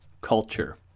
culture